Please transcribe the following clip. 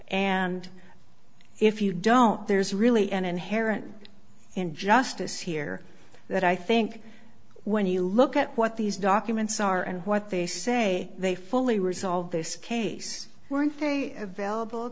and if you don't there's really an inherent injustice here that i think when you look at what these documents are and what they say they fully resolved this case weren't they available